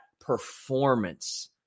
performance